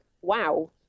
wow